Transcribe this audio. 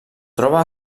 troba